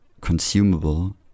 consumable